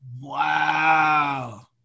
Wow